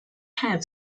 have